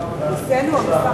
חריגים לקיצור תקופת המתנה),